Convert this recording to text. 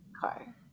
car